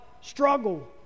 struggle